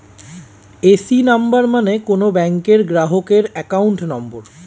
AC number মানে কোন ব্যাংকের গ্রাহকের অ্যাকাউন্ট নম্বর